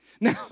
Now